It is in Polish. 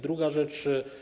Druga rzecz.